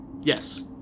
Yes